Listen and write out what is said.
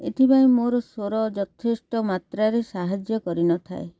ଏଥିପାଇଁ ମୋର ସ୍ୱର ଯଥେଷ୍ଟ ମାତ୍ରାରେ ସାହାଯ୍ୟ କରିନଥାଏ